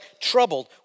troubled